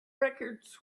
records